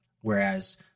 Whereas